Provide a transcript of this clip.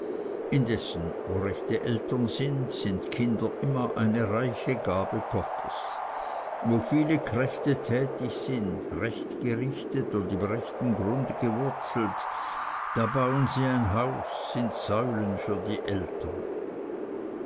indessen wo rechte eltern sind sind kinder immer eine reiche gabe gottes wo viele kräfte tätig sind recht gerichtet und im rechten grunde gewurzelt da bauen sie ein haus sind säulen für die eltern